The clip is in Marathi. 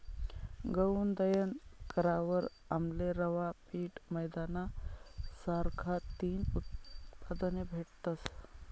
गऊनं दयन करावर आमले रवा, पीठ, मैदाना सारखा तीन उत्पादने भेटतस